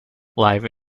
live